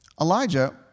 Elijah